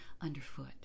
Underfoot